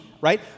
right